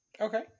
Okay